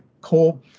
coal